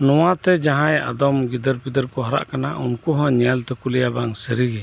ᱱᱚᱣᱟᱛᱮ ᱡᱟᱦᱟᱸᱭ ᱟᱫᱚᱢ ᱜᱤᱫᱟᱹᱨ ᱯᱤᱫᱟᱹᱨ ᱠᱩ ᱦᱟᱨᱟᱜ ᱠᱟᱱᱟ ᱩᱱᱠᱩ ᱦᱚᱸ ᱧᱮᱞ ᱛᱮᱠᱩ ᱞᱟᱹᱭᱟ ᱵᱟᱝ ᱥᱟᱹᱨᱤᱜᱤ